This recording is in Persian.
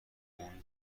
اون